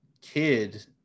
kid